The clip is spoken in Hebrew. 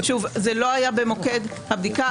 שוב זה לא היה במוקד הבדיקה.